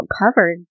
covered